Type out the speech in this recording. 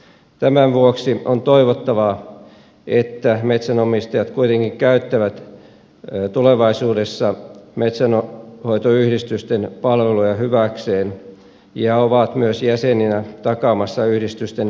tämän vuoksi on toivottavaa että metsänomistajat kuitenkin käyttävät tulevaisuudessa metsänhoitoyhdistysten palveluja hyväkseen ja ovat myös jäseninä takaamassa yhdistysten toiminnan